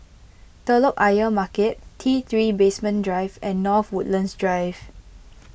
Telok Ayer Market T three Basement Drive and North Woodlands Drive